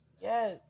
Yes